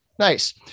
Nice